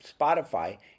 Spotify